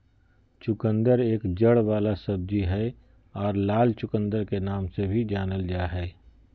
चुकंदर एक जड़ वाला सब्जी हय आर लाल चुकंदर के नाम से भी जानल जा हय